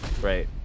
right